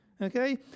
okay